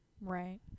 Right